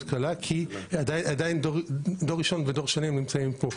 קלה כי עדיין דור ראשון ודור שני נמצאים כאן,